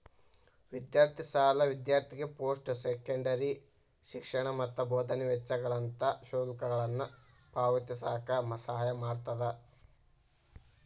ವಿದ್ಯಾರ್ಥಿ ಸಾಲ ವಿದ್ಯಾರ್ಥಿಗೆ ಪೋಸ್ಟ್ ಸೆಕೆಂಡರಿ ಶಿಕ್ಷಣ ಮತ್ತ ಬೋಧನೆ ವೆಚ್ಚಗಳಂತ ಶುಲ್ಕಗಳನ್ನ ಪಾವತಿಸಕ ಸಹಾಯ ಮಾಡ್ತದ